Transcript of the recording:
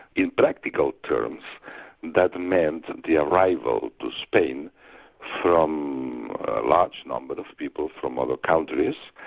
in practical terms that meant the arrival to spain from a large number of people from other countries,